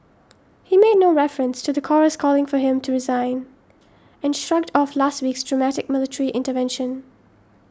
he made no reference to the chorus calling for him to resign and shrugged off last week's dramatic military intervention